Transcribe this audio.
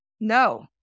no